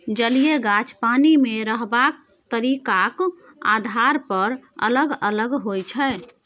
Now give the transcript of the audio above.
जलीय गाछ पानि मे रहबाक तरीकाक आधार पर अलग अलग होइ छै